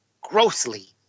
grossly